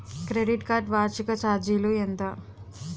Credit card వార్షిక ఛార్జీలు ఎంత?